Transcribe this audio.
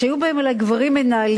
כשהיו באים אלי גברים מנהלים,